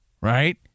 right